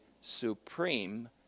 supreme